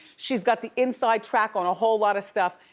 she's got the inside track on a whole lot of stuff.